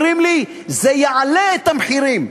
אומרים לי, זה יעלה את המחירים.